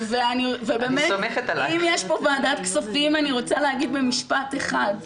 אם יש פה ועדת כספים אני רוצה להגיד במשפט אחד.